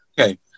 Okay